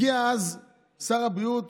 הגיעו אז שר הבריאות